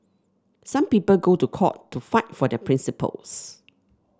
some people go to court to fight for their principles